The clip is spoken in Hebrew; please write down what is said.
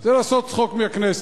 זה לעשות צחוק מהכנסת.